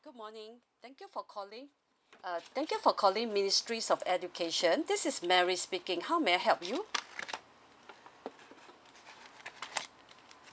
good morning thank you for calling uh thank you for calling ministries of education this is mary speaking how may I help you